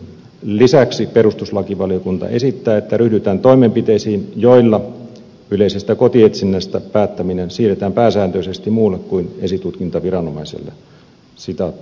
lisäksi perustuslakivaliokunta esittää että ryhdytään toimenpiteisiin joilla yleisestä kotietsinnästä päättäminen siirretään pääsääntöisesti muulle kuin esitutkintaviranomaiselle